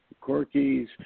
Corky's